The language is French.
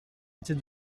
était